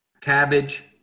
Cabbage